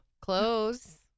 Close